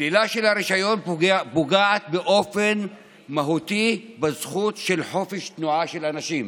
השלילה של הרישיון פוגעת באופן מהותי בזכות לחופש התנועה של אנשים.